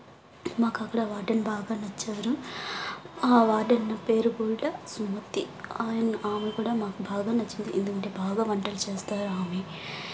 మాకక్కడ warden బాగా నచ్చారు ఆ వార్డెన్ పేరు కూడా సుమతి ఆయన్ ఆమె కూడా మాకు బాగా నచ్చింది ఎందుకంటే బాగా వంటలు చేస్తారు ఆమె